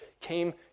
came